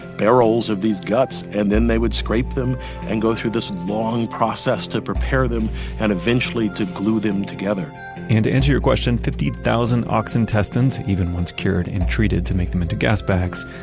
barrels of these guts. and then they would scrape them and go through this long process to prepare them and eventually to glue them together and to answer your question, fifty thousand ox intestines, even once cured and treated to make them into gas bags,